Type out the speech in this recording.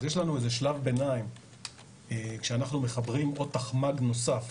אז יש לנו איזה שלב ביניים כשאנחנו מחברים עוד תחמ"ג נוסף